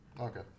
Okay